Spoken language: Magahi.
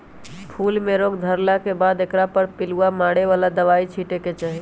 फूल में रोग धरला के बाद एकरा पर पिलुआ मारे बला दवाइ छिटे के चाही